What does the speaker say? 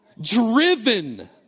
Driven